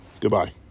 Goodbye